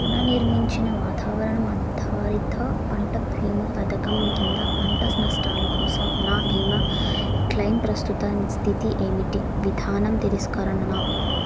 పునర్నిర్మించిన వాతావరణం అధారిత పంట భీమా పథకం కింద పంట నష్టాల కోసం నా భీమా క్లెయిమ్ ప్రస్తుత స్థితి ఏమిటి విధానం తిరస్కరణణ